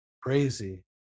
crazy